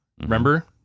Remember